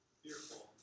fearful